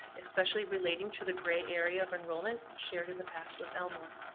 especially relating to the gray area of enrollment shared in the past with elmore,